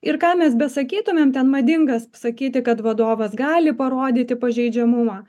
ir ką mes besakytumėm ten madinga sakyti kad vadovas gali parodyti pažeidžiamumą